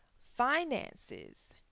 finances